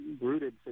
rooted